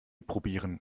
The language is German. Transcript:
probieren